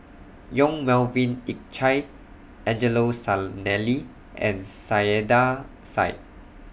Yong Melvin Yik Chye Angelo Sanelli and Saiedah Said